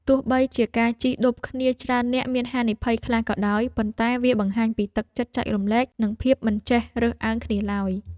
ទោះបីជាការជិះឌុបគ្នាច្រើននាក់មានហានិភ័យខ្លះក៏ដោយប៉ុន្តែវាបង្ហាញពីទឹកចិត្តចែករំលែកនិងភាពមិនចេះរើសអើងគ្នាឡើយ។